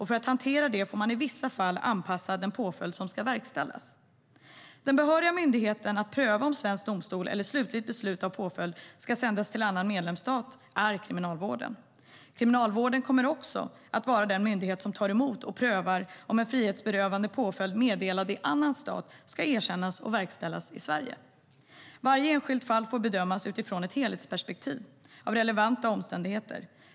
För att hantera det får man i vissa fall anpassa den påföljd som ska verkställas. Den behöriga myndigheten att pröva om svensk domstol eller slutligt beslut om påföljd ska sändas till annan medlemsstat är Kriminalvården. Kriminalvården kommer också att vara den myndighet som tar emot och prövar om en frihetsberövande påföljd meddelad i annan stat ska erkännas och verkställas i Sverige. Varje enskilt fall får bedömas utifrån ett helhetsperspektiv av relevanta omständigheter.